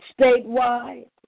statewide